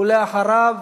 ואחריו,